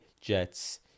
Jets